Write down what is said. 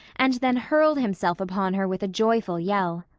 and then hurled himself upon her with a joyful yell.